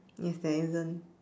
yes there isn't